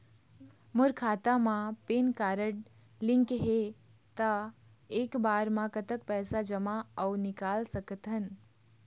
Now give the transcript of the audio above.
मोर खाता मा PAN card link हे ता एक बार मा कतक पैसा जमा अऊ निकाल सकथन?